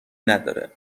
نداره